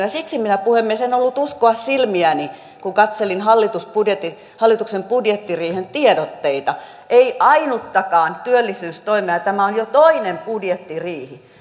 ja siksi minä puhemies en ollut uskoa silmiäni kun katselin hallituksen budjettiriihen tiedotteita ei ainuttakaan työllisyystoimea tämä on jo toinen budjettiriihi